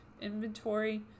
inventory